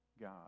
God